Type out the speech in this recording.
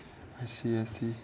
I see I see